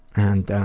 and